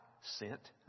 sent